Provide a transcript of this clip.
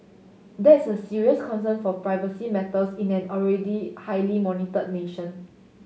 that's a serious concern for privacy matters in an already highly monitor nation